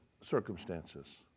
circumstances